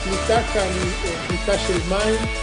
--- הפליטה כאן היא פליטה של מים.